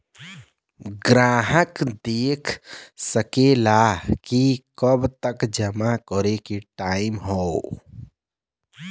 ग्राहक देख सकेला कि कब तक जमा करे के टाइम हौ